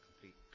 complete